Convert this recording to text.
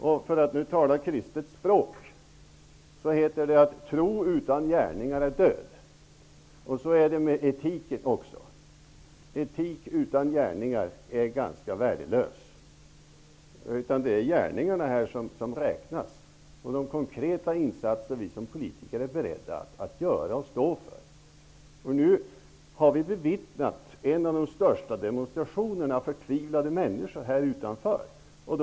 Om man skall tala ett kristet språk, så heter det att tro utan gärningar är död. Så är det även med etiken. En etik utan gärningar är ganska värdelös. Det är gärningarna som räknas, liksom de konkreta insatser vi som politiker är beredda att göra och stå för. Vi har nu kunnat bevittna en av de största demonstrationerna av förtvivlade människor här utanför riksdagshuset.